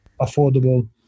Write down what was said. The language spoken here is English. affordable